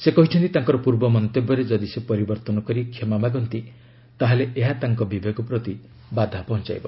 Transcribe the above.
ସେ କହିଛନ୍ତି ତାଙ୍କର ପୂର୍ବ ମନ୍ତବ୍ୟରେ ଯଦି ସେ ପରିବର୍ଭନ କରି କ୍ଷମା ମାଗନ୍ତି ତାହେଲେ ଏହା ତାଙ୍କ ବିବେକ ପ୍ରତି ବାଧା ପହଞ୍ଚାଇବ